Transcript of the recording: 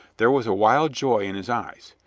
there was a wild joy in his eyes.